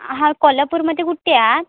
हां कोल्हापूरमध्ये कुठे आहात